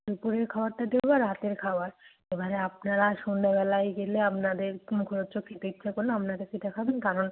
দুপুরের খাবারটা দেবো আর রাতের খাবার এবারে আপনারা সন্ধ্যে বেলায় গেলে আপনাদের একটু মুখরোচক খেতে ইচ্ছে করল আপনাদের সেটা খাবেন কারণ